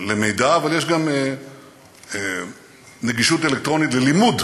של מידע, אבל יש גם נגישות אלקטרונית של לימוד,